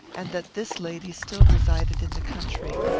and that this lady still resided in the country.